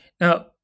Now